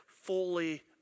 fully